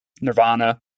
Nirvana